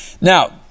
Now